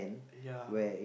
ya